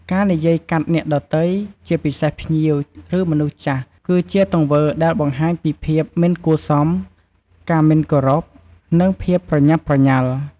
ការនិយាយកាត់អ្នកដទៃ ជាពិសេសភ្ញៀវ ឬមនុស្សចាស់ គឺជាទង្វើដែលបង្ហាញពី ភាពមិនគួរសម ការមិនគោរព និងភាពប្រញាប់ប្រញាល់។